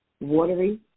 watery